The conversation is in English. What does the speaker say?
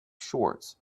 shorts